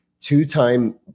two-time